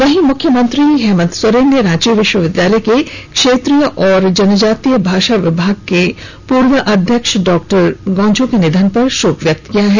वहीं मुख्यमंत्री हेमन्त सोरेन ने रांची विश्वविद्यालय के क्षेत्रीय व जनजातीय भाषा विभाग के पूर्व अध्यक्ष डॉ गिरिधारी राम गोंझू के निधन पर शोक व्यक्त किया है